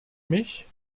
mich